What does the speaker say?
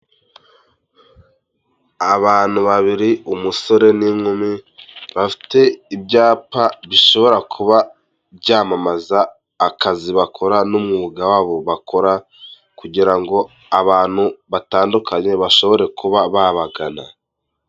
Abantu babiri umusore n'inkumi, bafite ibyapa bishobora kuba byamamaza akazi bakora n'umwuga wabo bakora, kugira ngo abantu batandukanye bashobore kuba babagana.